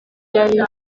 yari